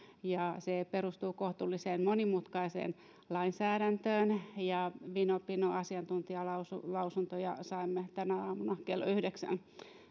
ja se perustuu kohtalaisen monimutkaiseen lainsäädäntöön ja vinon pinon asiantuntijalausuntoja saimme tänä aamuna kello yhdeksän